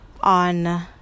on